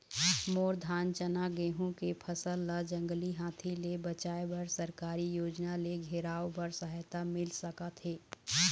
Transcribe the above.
मोर धान चना गेहूं के फसल ला जंगली हाथी ले बचाए बर सरकारी योजना ले घेराओ बर सहायता मिल सका थे?